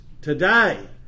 today